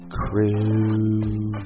crew